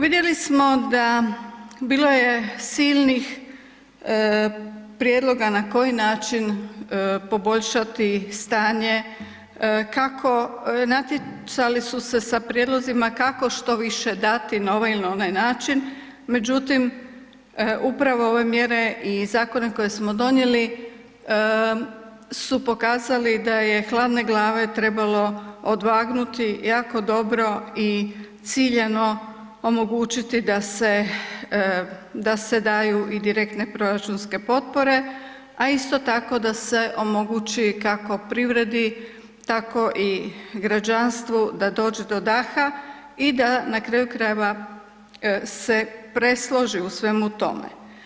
Vidjeli smo da bilo je silnih prijedloga na koji način poboljšati stanje, natjecali su se sa prijedlozima kako što više dati na ovaj ili onaj način, međutim upravo ove mjere i zakone koje smo donijeli su pokazali da je hladne glave trebalo odvagnuti jako dobro i ciljano omogućiti da se daju i direktne proračunske potpore, a isto tako da se omogući kako privredi tako i građanstvu da dođe do daha i da na kraju krajeva se presloži u svemu tome.